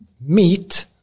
meet